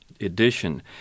Edition